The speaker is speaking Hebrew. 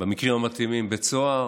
במקרים המתאימים בית סוהר,